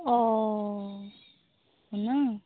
ᱚᱻ ᱚᱱᱟ